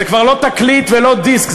זה כבר לא תקליט ולא דיסק.